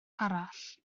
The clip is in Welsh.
arall